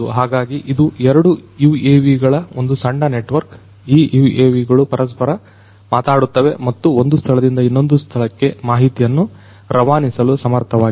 ಹಾಗಾಗಿ ಇದು ಎರಡು UAVಗಳ ಒಂದು ಸಣ್ಣ ನೆಟ್ವರ್ಕ್ ಈ UAV ಗಳು ಪರಸ್ಪರ ಮಾತಾಡುತ್ತವೆ ಮತ್ತು ಒಂದು ಸ್ಥಳದಿಂದ ಇನ್ನೊಂದು ಸ್ಥಳಕ್ಕೆ ಮಾಹಿತಿಯನ್ನು ರವಾನಿಸಲು ಸಮರ್ಥವಾಗಿವೆ